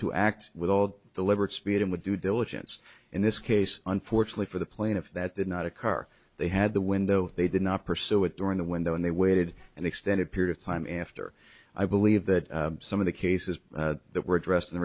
to act with all deliberate speed and with due diligence in this case unfortunately for the plaintiff that did not occur they had the window they did not pursue it during the window and they waited an extended period of time after i believe that some of the cases that were addressed in the